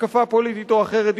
השקפה פוליטית או אחרת,